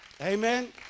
amen